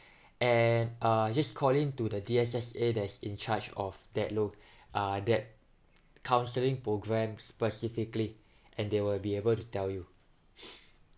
and uh just call in to the D_S_S_A that's in charge of that lo~ uh that counseling programs specifically and they will be able to tell you